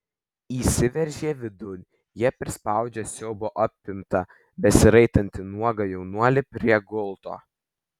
įsiveržę vidun jie prispaudžia siaubo apimtą besiraitantį nuogą jaunuolį prie gulto